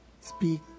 speak